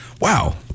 wow